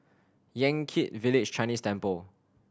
Yan Kit Village Chinese Temple